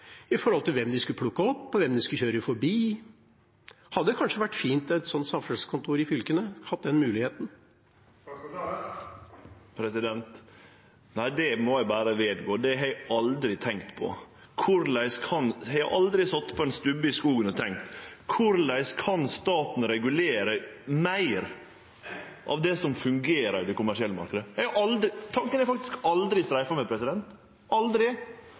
hvem de skulle plukke opp, og hvem de skulle kjøre forbi? Det hadde kanskje vært fint å ha et slikt samferdselskontor i fylkene og hatt den muligheten. Nei, det må eg berre vedgå at eg aldri har tenkt på. Eg har aldri sete på ein stubbe i skogen og tenkt: Korleis kan staten regulere meir av det som fungerer i den kommersielle marknaden? Den tanken har faktisk aldri streifa meg – aldri!